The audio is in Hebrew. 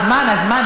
הזמן, הזמן.